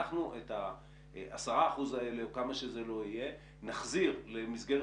אנחנו את ה-10% האלה או כמה שזה לא יהיה נחזיר למסגרת